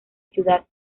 ciudad